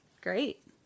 Great